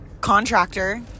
contractor